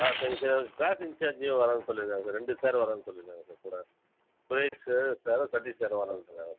ஆ சரிங்க சார் அதுக்கு க்ளாஸ் இன்ச்சார்ஜூம் வரேன்னு சொல்லிருக்காங்க சார் ரெண்டு சார் வரேன்னு சொல்லிருக்காங்க சார் கூட ப்ரகதீஷ் சாரும் சதீஷ் சாரும் வரேன்ருக்காங்க சார்